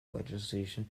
legislation